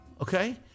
okay